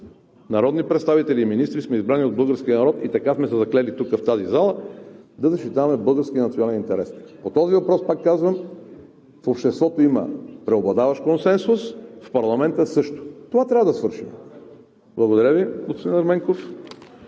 народни представители и министри сме избрани от българския народ и така сме се заклели тук в тази зала да защитаваме българския национален интерес. По този въпрос пак казвам: в обществото има преобладаващ консенсус. В парламента – също. Това трябва да свършим. Благодаря Ви, господин Ерменков.